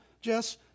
Jess